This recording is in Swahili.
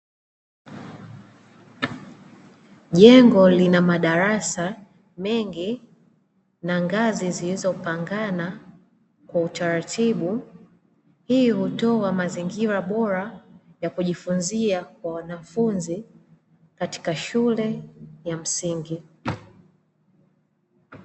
Jengo lina madarasa mengi na ngazi zilizopangana kwa utaratibu, hii hutoa mazingira bora ya kujifunzia kwa wanafunzi katika shule ya msingi.